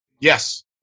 Yes